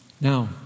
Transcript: Now